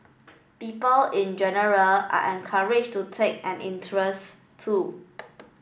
people in general are encouraged to take an interest too